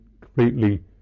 completely